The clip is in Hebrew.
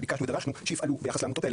וביקשנו ודרשנו שיפעלו ביחס לעמותות האלה,